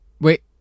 wait